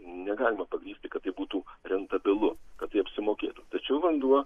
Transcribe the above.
negalima pagrįsti kad tai būtų rentabilu kad tai apsimokėtų tačiau vanduo